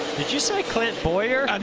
did you say clint boyer? and